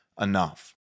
enough